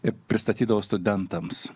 ir pristatydavo studentams